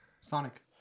Sonic